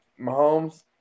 Mahomes